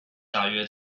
大约